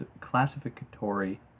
classificatory